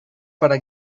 para